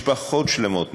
משפחות שלמות נהרגו.